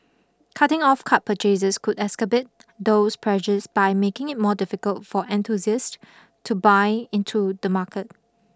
cutting off card purchases could excerbate those pressures by making it more difficult for enthusiasts to buy into the market